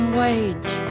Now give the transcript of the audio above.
wage